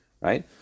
right